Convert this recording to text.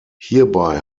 hierbei